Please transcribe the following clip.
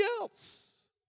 else